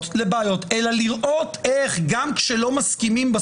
לבעיות אלא לראות איך גם כשלא מסכימים,